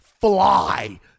fly